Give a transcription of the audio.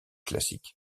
classique